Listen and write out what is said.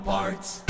Parts